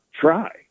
try